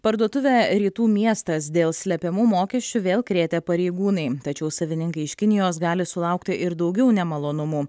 parduotuvę rytų miestas dėl slepiamų mokesčių vėl krėtė pareigūnai tačiau savininkai iš kinijos gali sulaukti ir daugiau nemalonumų